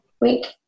Week